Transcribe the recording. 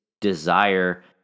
desire